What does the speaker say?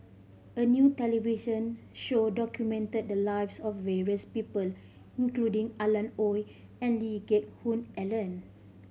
a new television show documented the lives of various people including Alan Oei and Lee Geck Hoon Ellen